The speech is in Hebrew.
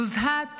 נוזהת